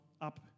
up